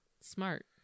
smart